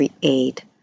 create